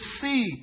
see